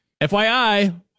FYI